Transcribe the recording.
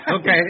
Okay